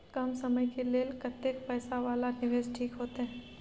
कम समय के लेल कतेक पैसा वाला निवेश ठीक होते?